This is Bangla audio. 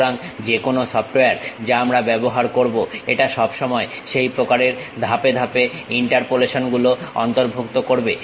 সুতরাং যে কোনো সফটওয়্যার যা আমরা ব্যবহার করব এটা সব সময় সেই প্রকারের ধাপে ধাপে ইন্টারপোলেশন গুলো অন্তর্ভুক্ত করবে